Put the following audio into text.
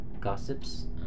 Gossips